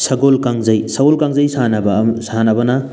ꯁꯒꯣꯜ ꯀꯥꯡꯖꯩ ꯁꯒꯣꯜ ꯀꯥꯡꯖꯩ ꯁꯥꯟꯅꯕ ꯁꯥꯟꯅꯕꯅ